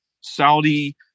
Saudi